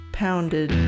pounded